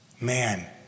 Man